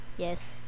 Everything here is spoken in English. Yes